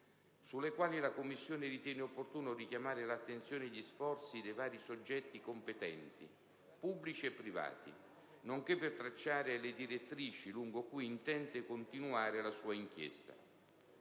sulle quali la Commissione ritiene opportuno richiamare l'attenzione e gli sforzi dei vari soggetti competenti, pubblici e privati, nonché per tracciare le direttrici lungo cui essa intende continuare la sua inchiesta.